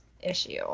issue